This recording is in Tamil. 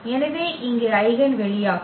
எனவே இங்கே ஐகென் வெளியாகும்